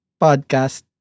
podcast